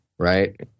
Right